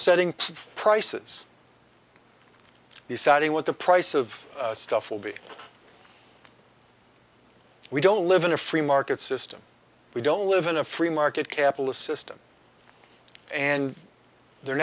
setting prices the saudi what the price of stuff will be we don't live in a free market system we don't live in a free market capitalist system and they're